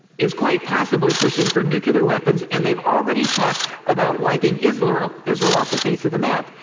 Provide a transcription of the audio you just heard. is quite possibly pushing for nuclear weapons and they've already talked about wiping israel israel off the face of the map.